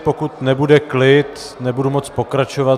Pokud nebude klid, nebudu moci pokračovat.